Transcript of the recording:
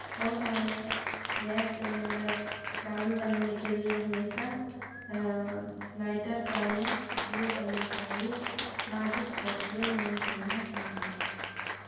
और हमें gas cylinder चालू करने के लिए हमेशा लाइटर का ही उपयोग करना चाहिए माचिस का उपयोग नहीं करना चाहिए